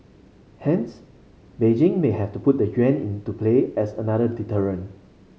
hence Beijing may have put the yuan into play as another deterrent